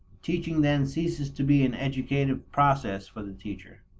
teaching then ceases to be an educative process for the teacher.